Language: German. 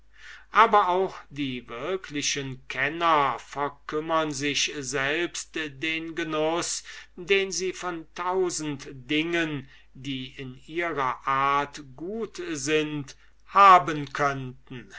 aber auch die wirklichen kenner verkümmern sich selbst den genuß den sie von tausend dingen die in ihrer art gut sind haben könnten